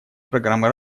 программы